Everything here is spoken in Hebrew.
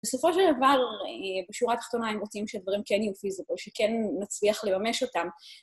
בסופו של דבר בשורה התחתונה הם רוצים שדברים כן יהיו פיזיבל, שכן נצליח לממש אותם.